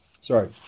Sorry